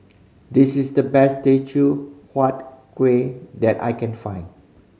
this is the best Teochew Huat Kueh that I can find